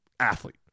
athlete